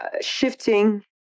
shifting